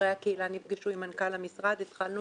חברי הקהילה נפגשו עם מנכ"ל המשרד והתחלנו